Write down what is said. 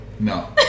no